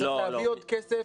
צריך להביא עוד כסף,